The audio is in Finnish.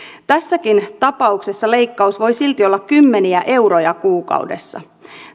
tässäkin tapauksessa leikkaus voi silti olla kymmeniä euroja kuukaudessa